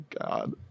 god